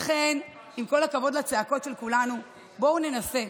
לכן, עם כל הכבוד לצעקות שלנו, בואו ננסה,